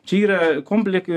čia yra komplek